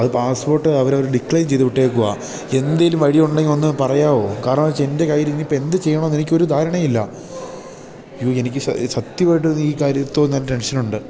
അത് പാസ്പോർട്ട് അവർ അവർ ഡിക്ലൈന് ചെയ്തു വിട്ടേക്കുവാണ് എന്തെങ്കിലും വഴിയുണ്ടെങ്കിൽ ഒന്നു പറയാമോ കാരണാം എന്നു വച്ചാൽ എൻ്റെ കൈയിൽ ഇനി ഇപ്പം എന്ത് ചെയ്യണം എന്ന് എനിക്ക് ഒരു ധാരണയും ഇല്ല ഇയോ എനിക്ക് സത്യമായിട്ട് ഒന്ന് ഈ കാര്യത്തിൽ നല്ല ടെൻഷൻ ഉണ്ട്